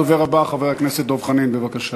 הדובר הבא, חבר הכנסת דב חנין, בבקשה.